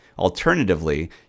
Alternatively